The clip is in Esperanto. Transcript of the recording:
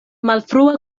malfrua